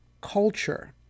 culture